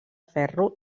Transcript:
ferro